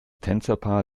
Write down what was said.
tänzerpaar